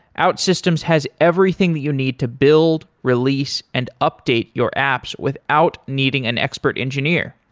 outsystems has everything that you need to build, release and update your apps without needing an expert engineer.